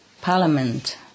Parliament